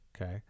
Okay